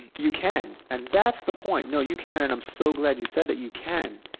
you can, and that's the point, no you can and i'm so glad you said that you can.